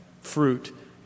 fruit